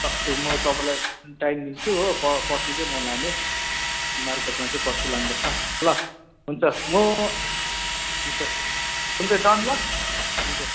टक्कै म तपाईँलाई टाइम दिन्छु हो प पर्सि चाहिँ म लाने मार्केटमा चाहिँ पर्सि लानुपर्छ ल हुन्छ म हुन्छ हुन्छ डन ल हुन्छ